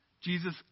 Jesus